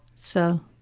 so,